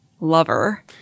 lover